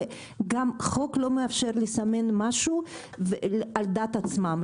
וגם החוק לא מאפשר לסמן משהו על דעת עצמם.